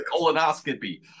colonoscopy